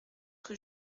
rue